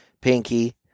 Pinky